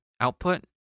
output